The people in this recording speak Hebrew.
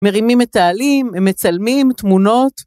מרימים את העלים, מצלמים תמונות.